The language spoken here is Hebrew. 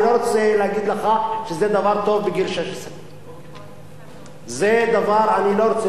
אני לא רוצה להגיד לך שזה דבר טוב בגיל 16. אני לא רוצה